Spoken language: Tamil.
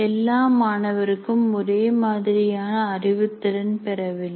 எல்லா மாணவருக்கும் ஒரே மாதிரியான அறிவுத்திறன் பெறவில்லை